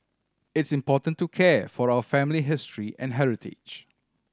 it's important to care for our family history and heritage